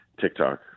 TikTok